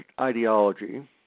ideology